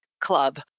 club